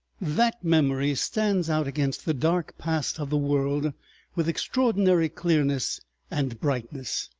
that memory stands out against the dark past of the world with extraordinary clearness and brightness.